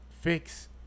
fix